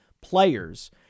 players